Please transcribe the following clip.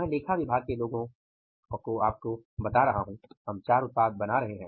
मैं लेखा विभाग के लोगों आपको बता रहा हूँ हम 4 उत्पाद बना रहे हैं